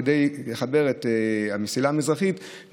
כדי לחבר את המסילה המזרחית,